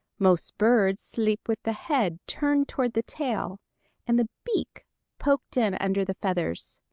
most birds sleep with the head turned toward the tail and the beak poked in under the feathers.